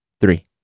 Three